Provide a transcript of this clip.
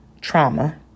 trauma